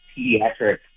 pediatric